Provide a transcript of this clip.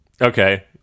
Okay